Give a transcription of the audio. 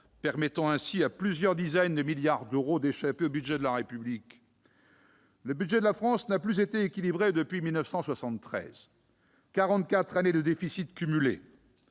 permet à plusieurs dizaines de milliards d'euros d'échapper au budget de la République ? Le budget de la France n'a plus été équilibré depuis 1973, soit quarante-quatre années de déficits cumulés.